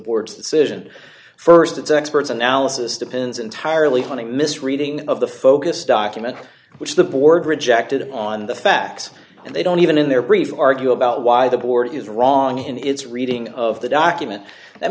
board's decision st it's experts analysis depends entirely on a misreading of the focus document which the board rejected on the facts and they don't even in their briefs argue about why the board is wrong in its reading of the document that